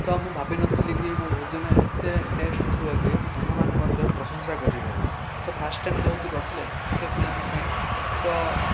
ତ ମୁଁ ଭାବିନଥିଲି କି ମୋ ଭୋଜନ ଏତେ ଟେଷ୍ଟ୍ ଥିବ କି ମୋ ସାଙ୍ଗମାନେ ମୋତେ ପ୍ରଶଂସା କରିବେ ତ ଫାଷ୍ଟ ଟାଇମ୍ ଯେହେତୁ କରିଥିଲି ଏତେ ପିଲାଙ୍କ ପାଇଁ ତ